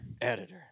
Editor